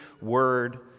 word